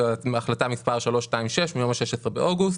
החלטה מספר 326 מיום ה-16 באוגוסט.